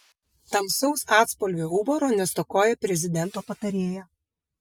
tamsaus atspalvio humoro nestokoja prezidento patarėja